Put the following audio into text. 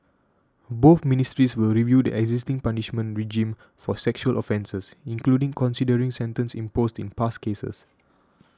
both ministries will review the existing punishment regime for sexual offences including considering sentences imposed in past cases